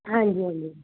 ਹਾਂਜੀ ਹਾਂਜੀ